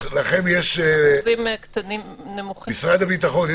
משרד הביטחון,